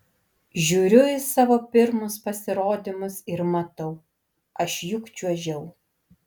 žiūriu į savo pirmus pasirodymus ir matau aš juk čiuožiau